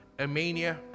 Armenia